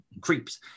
creeps